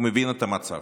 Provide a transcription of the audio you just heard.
מבין את המצב.